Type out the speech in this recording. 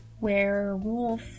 werewolf